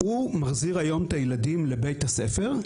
הוא מחזיר היום את הילדים לבית-הספר,